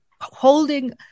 holding